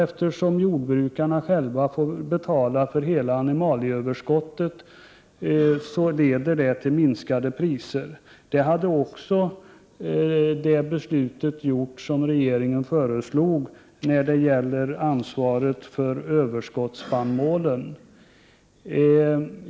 Eftersom jordbrukarna själva får betala hela animalieöverskottet, blir det lägre priser. Detta är alltså vad som skulle ha blivit följden av regeringens förslag när det gäller ansvaret för överskottsspannmålen.